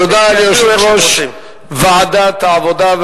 תודה ליושב-ראש ועדת העבודה,